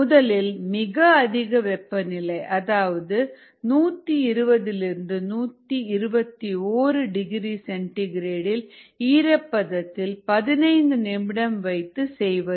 முதலாவது மிக அதிக வெப்பநிலை அதாவது 120 121 டிகிரி சென்டி கிரேடில் ஈரப்பதத்தில் 15 நிமிடம் வைத்து செய்வது